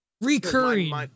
Recurring